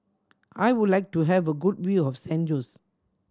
I would like to have a good view of San Jose